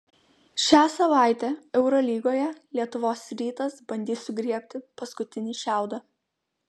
šią savaitę eurolygoje lietuvos rytas bandys sugriebti paskutinį šiaudą